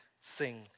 sing